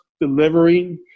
delivering